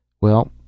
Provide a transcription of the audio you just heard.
Well